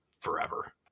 forever